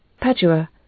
Padua